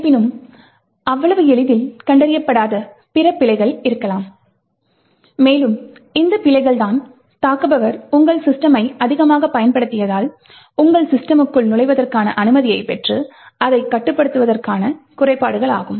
இருப்பினும் அவ்வளவு எளிதில் கண்டறியப்படாத பிற பிழைகள் இருக்கலாம் மேலும் இந்த பிழைகள் தான் தாக்குபவர் உங்கள் சிஸ்டமை அதிகமாக பயன்படுத்தியதால் உங்கள் சிஸ்டமுக்குள் நுழைவதற்கான அனுமதியை பெற்று அதை கட்டுப்படுத்துவதற்கான குறைபாடுகள் ஆகும்